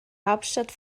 hauptstadt